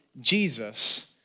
Jesus